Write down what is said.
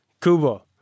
Kubo